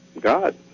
God